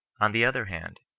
on the other hand,